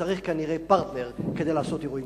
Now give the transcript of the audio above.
צריך כנראה פרטנר כדי לעשות אירועים כאלה.